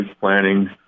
planning